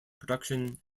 production